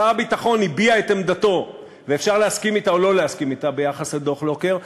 שר הביטחון הביע את עמדתו ביחס לדוח לוקר,